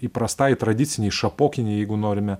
įprastai tradicinei šapokinei jeigu norime